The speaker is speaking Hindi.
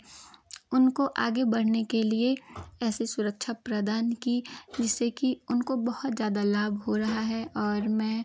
उनको आगे बढ़ने के लिए ऐसे सुरक्षा प्रदान की जिससे कि उनको बहुत ज़्यादा लाभ हो रहा है और में